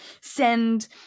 send